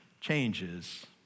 changes